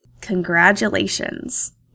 Congratulations